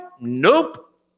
Nope